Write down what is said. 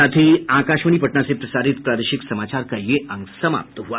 इसके साथ ही आकाशवाणी पटना से प्रसारित प्रादेशिक समाचार का ये अंक समाप्त हुआ